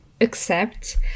accept